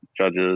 judges